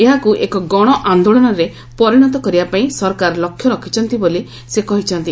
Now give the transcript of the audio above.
ଏହାକୁ ଏକ ଗଣ ଆନ୍ଦୋଳନରେ ପରିଣତ କରିବାପାଇଁ ସରକାର ଲକ୍ଷ୍ୟ ରଖିଛନ୍ତି ବୋଲି ସେ କହିଚ୍ଚନ୍ତି